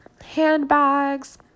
handbags